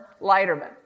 Leiterman